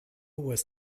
was